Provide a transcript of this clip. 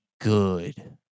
good